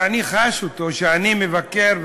ואני חש אותו כשאני מבקר,